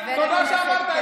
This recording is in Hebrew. חבר הכנסת קריב.